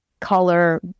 color